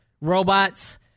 robots